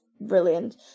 brilliant